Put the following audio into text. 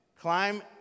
climb